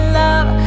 love